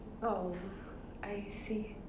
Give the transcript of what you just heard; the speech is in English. oh I see